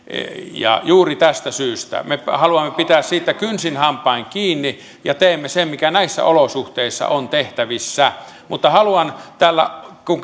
juuri tästä syystä me haluamme pitää siitä kynsin hampain kiinni ja teemme sen mikä näissä olosuhteissa on tehtävissä mutta haluan tällä kun